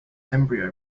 embryo